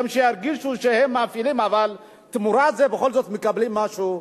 שירגישו שהם מפעילים אבל תמורת זה בכל זאת מקבלים משהו.